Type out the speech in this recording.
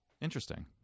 Interesting